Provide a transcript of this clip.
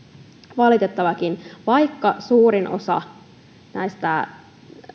valitettaviakin vaikka suurin osa näistä